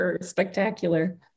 spectacular